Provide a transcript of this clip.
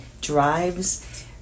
drives